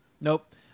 Nope